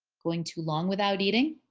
going too long without eating